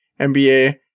NBA –